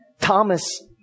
Thomas